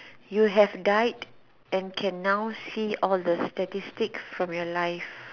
you have died and can now see all the statistics from your life